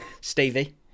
Stevie